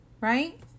right